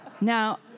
Now